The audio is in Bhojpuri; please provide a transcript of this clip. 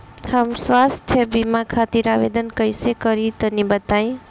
हम स्वास्थ्य बीमा खातिर आवेदन कइसे करि तनि बताई?